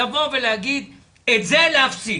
לבוא ולהגיד - את זה להפסיק.